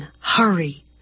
hurry